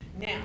Now